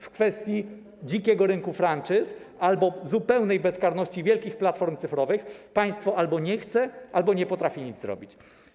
W kwestii dzikiego rynku franczyz albo zupełnej bezkarności wielkich platform cyfrowych państwo albo nie chce, albo nie potrafi nic zrobić.